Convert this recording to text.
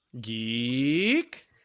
geek